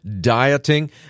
dieting